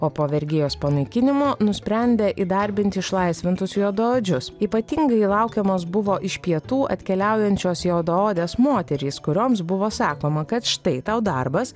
o po vergijos panaikinimo nusprendė įdarbinti išlaisvintus juodaodžius ypatingai laukiamos buvo iš pietų atkeliaujančios juodaodės moterys kurioms buvo sakoma kad štai tau darbas